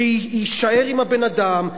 שיישאר עם הבן-אדם,